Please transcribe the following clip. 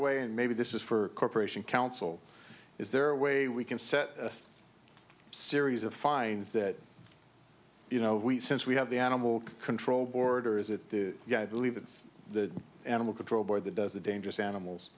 way and maybe this is for a corporation counsel is there a way we can set a series of fines that you know since we have the animal control board or is it yeah i believe it's the animal control board that does the dangerous animals